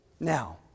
Now